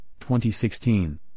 2016